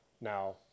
now